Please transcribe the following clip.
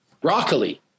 broccoli